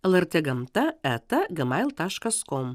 lrt gamta eta gemail taškas kom